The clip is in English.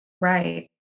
Right